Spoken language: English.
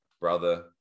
brother